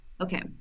Okay